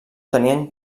tenien